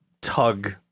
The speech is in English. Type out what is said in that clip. tug